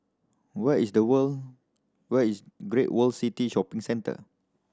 where is the world where is Great World City Shopping Centre